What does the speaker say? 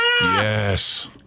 Yes